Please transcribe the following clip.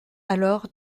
alors